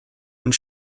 und